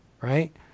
right